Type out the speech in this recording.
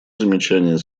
замечание